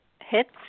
hits